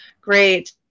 great